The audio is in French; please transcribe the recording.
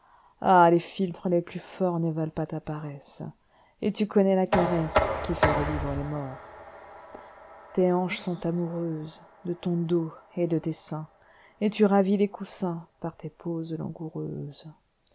ah i les philtres les plus fortsne valent pas ta paresse et tu connais la caressequi fait revivre les morts tes hanches sont amoureusesde ton dos et de tes seins et tu ravis les coussinspar tes poses langoureuses